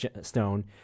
stone